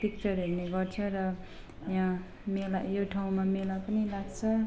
picture हेर्ने गर्छ र यहाँ मेला यो ठाउँंमा मेला पनि लाग्छ